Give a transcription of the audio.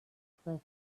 cliff